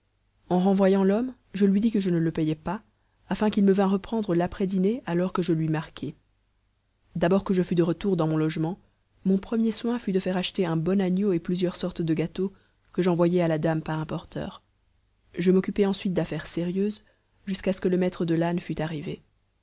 en renvoyant l'homme je lui dis que je ne le payais pas afin qu'il me vînt reprendre l'après-dînée à l'heure que je lui marquai d'abord que je fus de retour dans mon logement mon premier soin fut de faire acheter un bon agneau et plusieurs sortes de gâteaux que j'envoyai à la dame par un porteur je m'occupai ensuite d'affaires sérieuses jusqu'à ce que le maître de l'âne fût arrivé